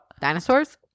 Dinosaurs